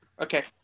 Okay